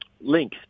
link